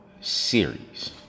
Series